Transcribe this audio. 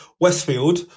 Westfield